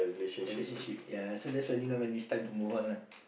a relationship ya so that's when you know when it's time to move on lah